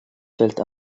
fällt